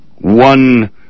one